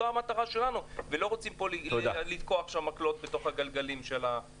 זאת המטרה שלנו ולא רוצים לתקוע עכשיו מקלות בגלגלים של התקופה הקרובה.